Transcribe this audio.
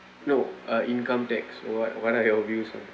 no uh income tax what what're your views on